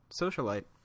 socialite